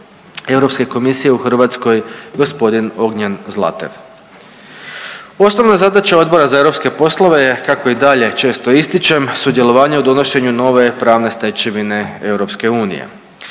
Europske komisije u Hrvatskoj gospodin Ognian Zlatev. Osnovna zadaća Odbora za europske poslove je kako i dalje često ističem, sudjelovanje u donošenju nove pravne stečevine EU. Riječ